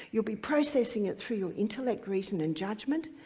you'll be processing it through your intellect, reason and judgment,